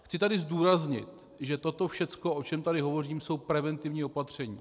Chci tedy zdůraznit, že toto všechno, o čem tady hovořím, jsou preventivní opatření.